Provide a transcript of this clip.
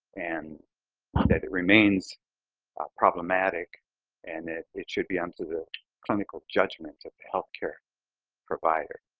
and that it remains problematic and it it should be on to the clinical judgments of healthcare provider.